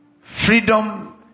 freedom